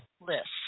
list